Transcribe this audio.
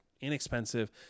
inexpensive